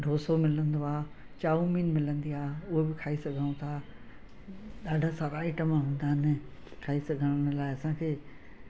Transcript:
डोसो मिलंदो आहे चाऊमीन मिलंदी आहे हूअ बि खाई सघूं था ॾाढा सारा आइटम हूंदा आहिनि खाई सघनि लाइ असांखे